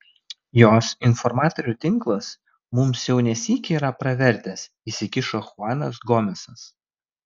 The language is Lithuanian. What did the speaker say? jos informatorių tinklas mums jau ne sykį yra pravertęs įsikišo chuanas gomesas